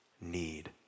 need